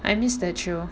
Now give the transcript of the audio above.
I miss that show